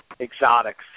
exotics